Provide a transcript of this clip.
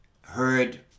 heard